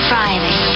Friday